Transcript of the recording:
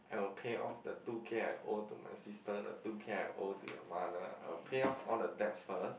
I will pay off the two K I owe to my sister the two K I owe to your mother I will pay off all the debts first